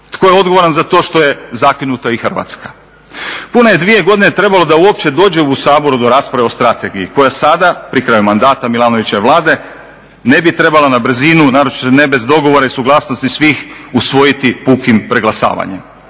Tko je odgovoran za to što je zakinuta i Hrvatska? Pune je dvije godine trebalo da uopće dođe u Saboru do rasprave o strategiji koja sada pri kraju mandata Milanovićeve vlade ne bi trebala na brzinu, naročito ne bez dogovora i suglasnosti svih, usvojiti pukim preglasavanjem.